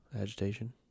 agitation